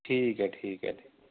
ਠੀਕ ਹੈ ਠੀਕ ਹੈ ਠੀਕ